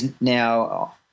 now